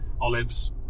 Olives